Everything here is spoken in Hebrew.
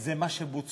זה מה שבוצע.